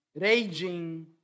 raging